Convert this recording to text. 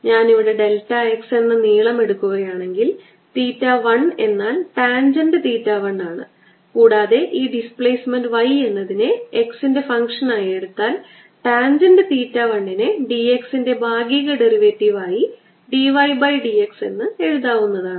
ഞാൻ ഇവിടെ delta x എന്ന നീളം എടുക്കുകയാണെങ്കിൽ തീറ്റ 1 എന്നാൽ ടാൻജന്റ് തീറ്റ 1 ആണ് കൂടാതെ ഈ ഡിസ്പ്ലേസ്മെൻറ് y എന്നതിനെ x ന്റെ ഫംഗ്ഷനായി ആയി എടുത്താൽ ടാൻജന്റ് തീറ്റ 1 നെ dx ന്റെ ഭാഗിക ഡെറിവേറ്റീവ് ആയി d y by d x എന്ന് എഴുതാവുന്നതാണ്